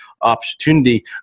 opportunity